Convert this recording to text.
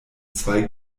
zwei